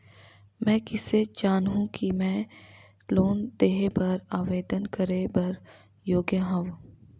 मैं किसे जानहूं कि मैं लोन लेहे बर आवेदन करे बर योग्य हंव?